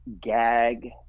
gag